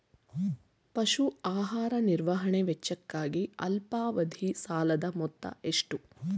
ಪಶು ಆಹಾರ ನಿರ್ವಹಣೆ ವೆಚ್ಚಕ್ಕಾಗಿ ಅಲ್ಪಾವಧಿ ಸಾಲದ ಮೊತ್ತ ಎಷ್ಟು?